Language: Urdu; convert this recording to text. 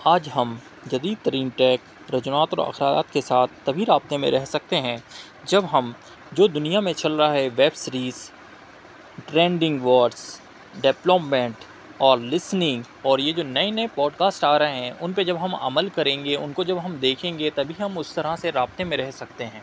آج ہم جدید ترین ٹیک رجناترا خیالات کے ساتھ تبھی رابطے میں رہ سکتے ہیں جب ہم جو دنیا میں چل رہا ہے web series trending words deployment اور لسننگ اور یہ جو نئے نئے پوڈکاسٹ آ رہے ہیں ان پہ جب ہم عمل کریں گے ان کو جب ہم دیکھیں گے تبھی ہم اس طرح سے رابطے میں رہ سکتے ہیں